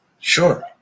Sure